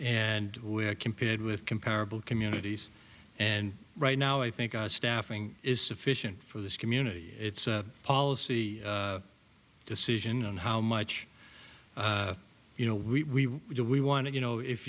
and we competed with comparable communities and right now i think a staffing is sufficient for this community it's a policy decision on how much you know we do we want to you know if